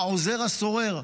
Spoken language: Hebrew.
העוזר הסורר,